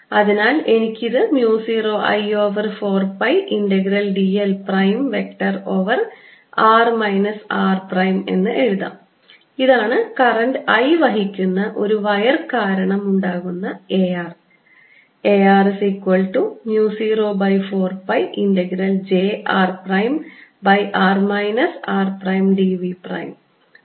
അതിനാൽ എനിക്ക് ഇത് mu 0 I over 4 pi integral dl prime vector over r minus r prime എന്ന് എഴുതാം ഇതാണ് കറന്റ് I വഹിക്കുന്ന ഒരു വയർ കാരണം ഉണ്ടാകുന്ന A r